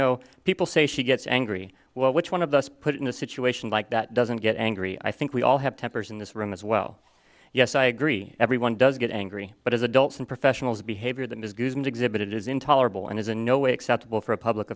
know people say she gets angry well which one of those put in a situation like that doesn't get angry i think we all have tempers in this room as well yes i agree everyone does get angry but as adults and professionals behavior that is an exhibit it is intolerable and is in no way acceptable for a public